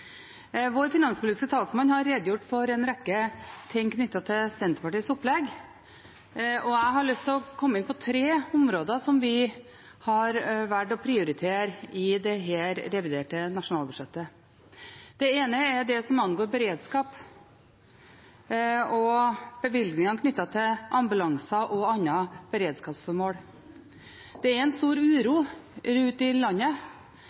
Vår finanspolitiske talsmann har redegjort for en rekke ting knyttet til Senterpartiets opplegg, og jeg har lyst til å komme inn på tre områder som vi har valgt å prioritere i dette reviderte nasjonalbudsjettet. Det ene er det som angår beredskap og bevilgningene knyttet til ambulanse og andre beredskapsformål. Det er en stor uro rundt i landet,